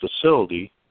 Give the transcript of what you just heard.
facility